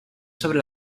sobre